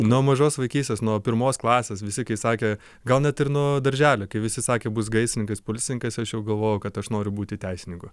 nuo mažos vaikystės nuo pirmos klasės visi kai sakė gal net ir nuo darželio kai visi sakė bus gaisrininkais policininkais aš jau galvojau kad aš noriu būti teisininku